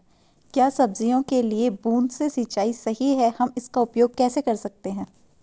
क्या सब्जियों के लिए बूँद से सिंचाई सही है हम इसका उपयोग कैसे कर सकते हैं?